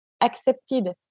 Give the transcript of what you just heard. accepted